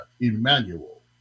Emmanuel